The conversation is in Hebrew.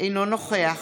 אינו נוכח